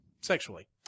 sexually